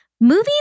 Moving